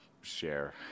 share